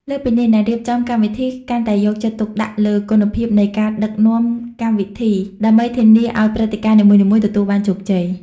លើសពីនេះ អ្នករៀបចំកម្មវិធីកាន់តែយកចិត្តទុកដាក់លើ គុណភាពនៃការដឹកនាំកម្មវិធី ដើម្បីធានាឱ្យព្រឹត្តិការណ៍នីមួយៗទទួលបានជោគជ័យ។